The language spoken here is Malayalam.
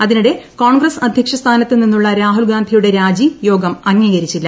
അതിനിടെ കോൺഗ്രസ് അധ്യക്ഷസ്ഥാനത്ത് നിന്നുള്ള രാഹുൽ ഗാന്ധിയുടെ രാജിയോഗം അംഗീകരിച്ചില്ല